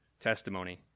testimony